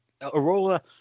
Aurora